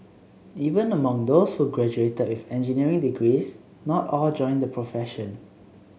even among those who graduated with engineering degrees not all joined the profession